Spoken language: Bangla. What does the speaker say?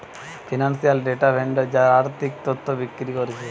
ফিনান্সিয়াল ডেটা ভেন্ডর যারা আর্থিক তথ্য বিক্রি কোরছে